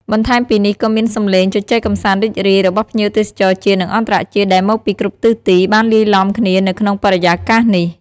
បន្ថែមពីនេះក៏មាន សំឡេង ជជែកកម្សាន្តរីករាយ របស់ភ្ញៀវទេសចរជាតិ និងអន្តរជាតិដែលមកពីគ្រប់ទិសទី បានលាយឡំគ្នានៅក្នុងបរិយាកាសនេះ។